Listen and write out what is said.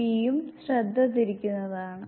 p യും ശ്രദ്ധ തിരിക്കുന്നതാണ്